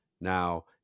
Now